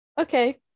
Okay